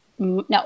No